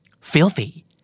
Filthy